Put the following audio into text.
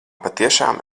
patiešām